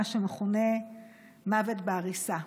מה שמכונה מוות בעריסה.